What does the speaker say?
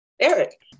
Eric